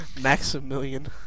Maximilian